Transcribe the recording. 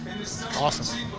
Awesome